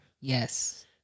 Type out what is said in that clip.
Yes